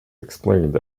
explained